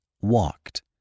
walked